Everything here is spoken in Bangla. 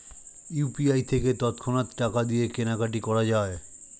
ইউ.পি.আই থেকে তৎক্ষণাৎ টাকা দিয়ে কেনাকাটি করা যায়